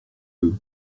eux